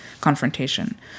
confrontation